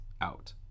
out